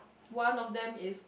one of them is